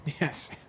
Yes